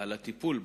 ועל הטיפול בתלונה,